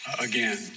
again